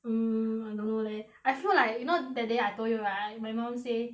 um I don't know leh I feel like you know that day I told you right my mum say